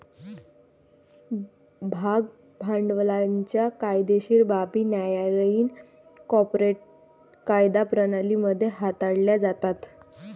भाग भांडवलाच्या कायदेशीर बाबी न्यायालयीन कॉर्पोरेट कायदा प्रणाली मध्ये हाताळल्या जातात